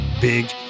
big